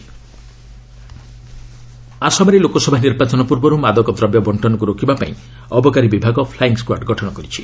Assam squad ଆସାମରେ ଲୋକସଭା ନିର୍ବାଚନ ପୂର୍ବରୁ ମାଦକ ଦ୍ରବ୍ୟ ବଣ୍ଟନକୁ ରୋକିବାପାଇଁ ଅବକାରୀ ବିଭାଗ ଫ୍ଲାଇଙ୍ଗ୍ ସ୍କାର୍ଡ଼ ଗଠନ କରିଛି